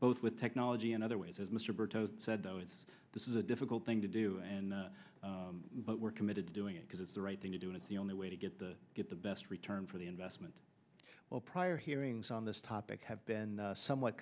both with technology and other ways as mr burton said though it's this is a difficult thing to do and we're committed to doing it because it's the right thing to do and it's the only way to get the get the best return for the investment or prior hearings on this topic have been somewhat